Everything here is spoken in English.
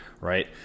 right